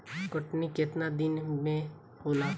कटनी केतना दिन मे होला?